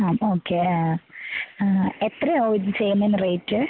അപ്പം ഓക്കേ എത്രയായവും ഇത് ചെയ്യുന്നതിനു റേറ്റ്